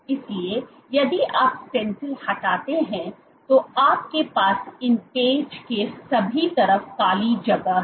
इसलिए यदि आप स्टैंसिल हटाते हैं तो आपके पास इन पैच के सभी तरफ खाली जगह है